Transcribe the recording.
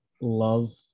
Love